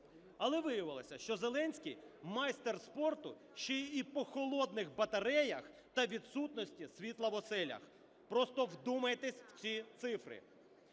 Але виявилося, що Зеленський - майстер спорту ще й по холодних батареях та відсутності світла в оселях. Просто вдумайтесь в ці цифри: